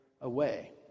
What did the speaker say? away